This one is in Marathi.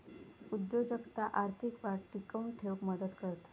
उद्योजकता आर्थिक वाढ टिकवून ठेउक मदत करता